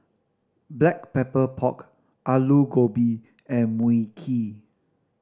Black Pepper Pork Aloo Gobi and Mui Kee